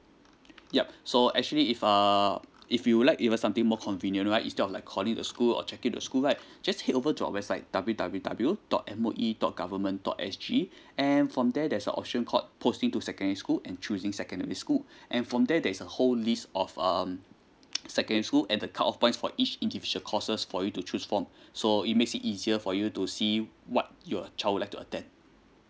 yup so actually if uh if you like even something more convenient right instead of like calling the school or check in the school right just head over to our website W W W dot M O E dot government dot S G and from there there's a option called posting to secondary school and choosing secondary school and from there there's a whole list of um secondary school at the cut off points for each individual courses for you to choose from so it makes it easier for you to see you what your child would like to attend